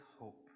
hope